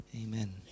Amen